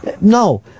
No